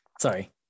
Sorry